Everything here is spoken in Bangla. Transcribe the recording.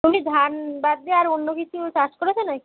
তুমি ধান বাদ দিয়ে আর অন্য কিছু চাষ করেছো নাকি